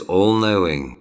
All-Knowing